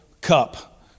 cup